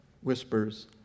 whispers